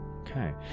Okay